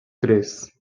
três